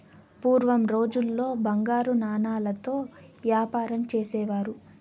పూర్వం రోజుల్లో బంగారు నాణాలతో యాపారం చేసేవారు